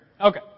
Okay